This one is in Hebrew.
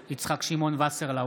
נגד יצחק שמעון וסרלאוף,